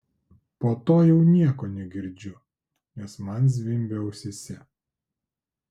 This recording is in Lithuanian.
po to jau nieko negirdžiu nes man zvimbia ausyse